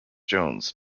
jones